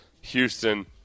Houston